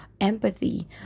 empathy